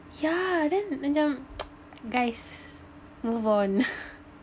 yeah then macam guys move on